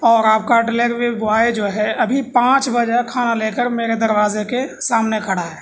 اور آپ کا ڈلیوری بوئے جو ہے ابھی پانچ بجے کھانا لے کر میرے دروازے کے سامنے کھڑا ہے